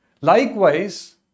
Likewise